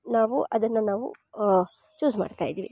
ನಾವು ಅದನ್ನು ನಾವು ಚ್ಯೂಸ್ ಮಾಡ್ತಾಯಿದ್ದಿವಿ